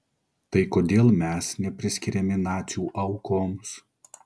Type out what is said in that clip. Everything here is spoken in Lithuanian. tai kodėl mes nepriskiriami nacių aukoms